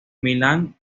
milán